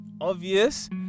obvious